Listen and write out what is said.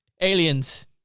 aliens